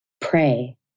Pray